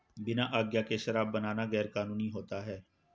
बिना आज्ञा के शराब बनाना गैर कानूनी होता है